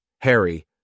Harry